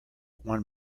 one